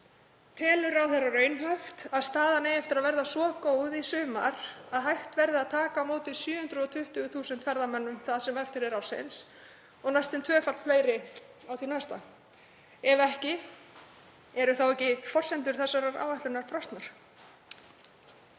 Telur ráðherra raunhæft að staðan eigi eftir að verða svo góð í sumar að hægt verði að taka á móti 720.000 ferðamönnum það sem eftir er ársins og næstum tvöfalt fleirum á því næsta? Ef ekki eru þá ekki forsendur þessarar áætlunar brostnar?